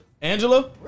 Angela